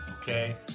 okay